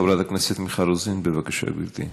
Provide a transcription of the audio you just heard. חברת הכנסת מיכל רוזין, בבקשה, גברתי.